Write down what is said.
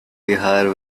bihar